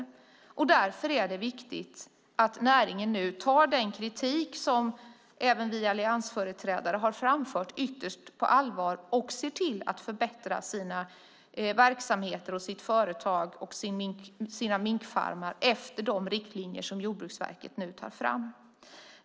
Därför är det viktigt att näringen nu tar den kritik som även vi alliansföreträdare har framfört på yttersta allvar och ser till att förbättra sina verksamheter, sina företag och sina minkfarmar efter de riktlinjer som Jordbruksverket nu tar fram.